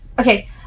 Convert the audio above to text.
Okay